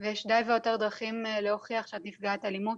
ויש די והותר דרכים להוכיח שאת נפגעת אלימות,